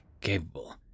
capable